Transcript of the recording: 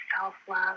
self-love